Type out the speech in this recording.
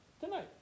Tonight